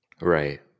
Right